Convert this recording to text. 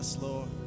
Lord